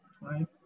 right